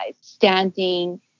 standing